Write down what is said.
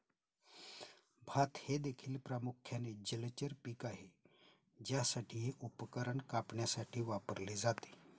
भात हे देखील प्रामुख्याने जलचर पीक आहे ज्यासाठी हे उपकरण कापण्यासाठी वापरले जाते